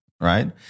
right